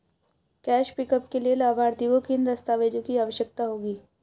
Cash pickup के लिए लाभार्थी को किन दस्तावेजों की आवश्यकता होगी?